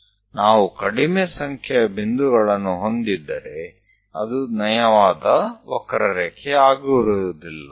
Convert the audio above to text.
જો આપણી પાસે ઓછી સંખ્યામાં બિંદુઓ હશે તો તે કદાચ ખૂબ સરળ વક્ર નહીં હોય